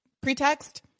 pretext